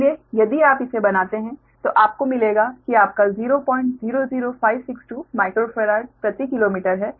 इसलिए यदि आप इसे बनाते हैं तो आपको मिलेगा कि आपका 000562 माइक्रोफेराड प्रति किलोमीटर है